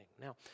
Now